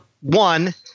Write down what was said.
one